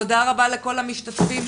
תודה רבה לכל המשתפים.